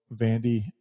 Vandy